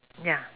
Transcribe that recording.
ya